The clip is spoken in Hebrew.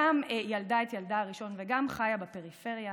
גם ילדה את ילדה הראשון וגם חיה בפריפריה,